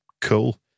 Cool